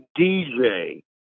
DJ